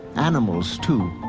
animals too.